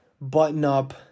button-up